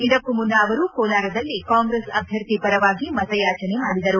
ಇದಕ್ಕೂ ಮುನ್ನ ಅವರು ಕೋಲಾರದಲ್ಲಿ ಕಾಂಗ್ರೆಸ್ ಅಭ್ಯರ್ಥಿ ಪರವಾಗಿ ಮತಯಾಚನೆ ಮಾಡಿದರು